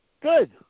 Good